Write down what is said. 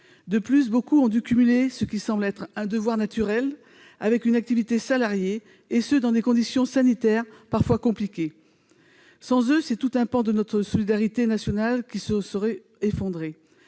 de personnes ont dû cumuler ce qui semble être un « devoir naturel » avec une activité salariée, et ce dans des conditions sanitaires parfois compliquées. Sans eux, c'est tout un pan de notre solidarité nationale qui se serait effondré,